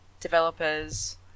developers